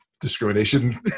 discrimination